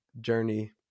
journey